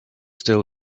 still